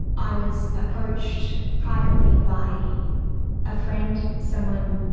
i was approached privately by a friend, someone